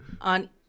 on